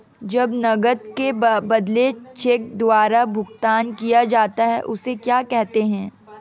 जब नकद के बदले चेक द्वारा भुगतान किया जाता हैं उसे क्या कहते है?